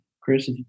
Chris